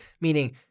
meaning